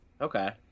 Okay